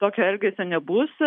tokio elgesio nebus